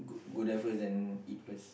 go there first then eat first